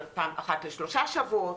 אחת לשלושה שבועות.